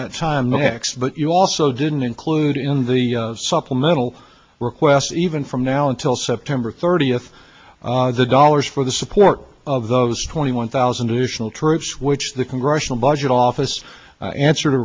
that time next but you also didn't include in the supplemental request even from now until september thirtieth the dollars for the support of those twenty one thousand additional troops which the congressional budget office answer